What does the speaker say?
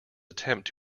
attempt